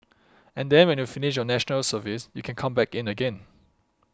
and then when you finish your National Service you can come back in again